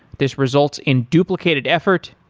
this results in duplicated effort,